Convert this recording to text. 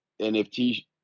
NFT